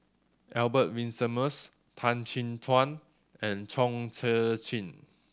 Albert Winsemius Tan Chin Tuan and Chong Tze Chien